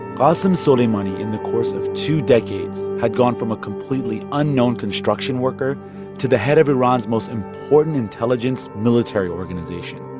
qassem soleimani, in the course of two decades, had gone from a completely unknown construction worker to the head of iran's most important intelligence military organization.